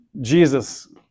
Jesus